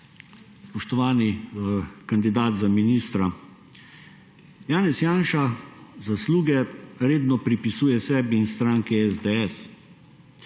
spoštovani kandidat za ministra, Janez Janša zasluge redno pripisuje sebi in stranki SDS,